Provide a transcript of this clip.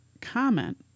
comment